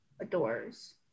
adores